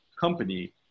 company